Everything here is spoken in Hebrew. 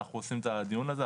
אנחנו עושים את הדיון הזה,